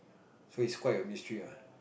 so it's quite a mystery ah